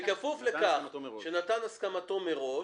לכך שנתן הסכמתו מראש,